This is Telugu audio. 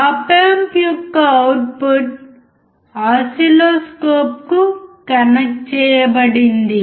ఆప్ ఆంప్ యొక్క అవుట్పుట్ ఓసిల్లోస్కోప్కు కనెక్ట్ చేయబడింది